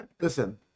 Listen